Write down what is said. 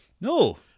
No